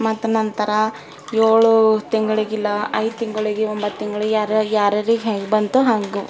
ಮತ್ತು ನಂತರ ಏಳು ತಿಂಗಳಿಗೆ ಇಲ್ಲ ಐದು ತಿಂಗಳಿಗೆ ಒಂಬತ್ತು ತಿಂಗಳಿಗೆ ಯಾರ ಯಾರ್ಯಾರಿಗೆ ಹೆಂಗೆ ಬಂತೋ ಹಂಗೆ